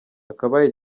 akabaye